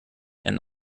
and